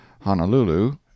Honolulu